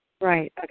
Right